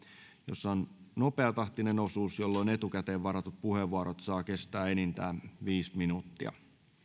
jossa on nopeatahtinen osuus jolloin etukäteen varatut puheenvuorot saavat kestää enintään viisi minuuttia